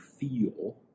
feel